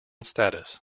status